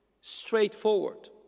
straightforward